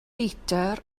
litr